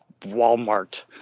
Walmart